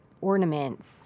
ornaments